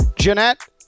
Jeanette